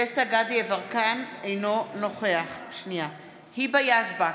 אינו נוכח היבה יזבק,